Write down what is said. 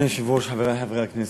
אדוני היושב-ראש, חברי חברי הכנסת,